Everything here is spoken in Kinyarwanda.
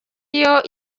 iyo